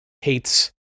hates